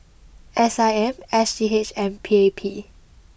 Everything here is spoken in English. S I M S G H and P A P